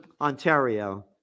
Ontario